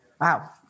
Wow